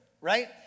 right